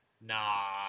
nah